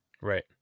Right